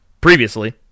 previously